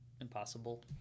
impossible